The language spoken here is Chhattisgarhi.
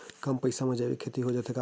कम पईसा मा जैविक खेती हो जाथे का?